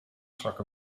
strakke